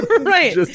Right